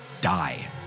die